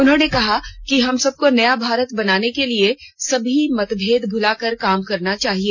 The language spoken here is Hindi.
उन्होंने कहा कि हम सबको नया भारत बनाने के लिए सभी मतभेदों को भुलाकर काम करना चाहिए